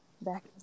back